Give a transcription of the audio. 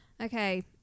Okay